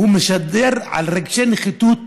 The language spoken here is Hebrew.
הוא משדר רגשי נחיתות,